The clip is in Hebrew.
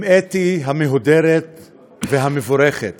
אם אתי המהודרת והמבורכת